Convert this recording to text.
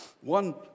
One